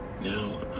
Now